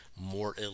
more